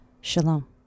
Shalom